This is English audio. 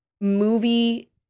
movie